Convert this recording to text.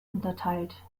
unterteilt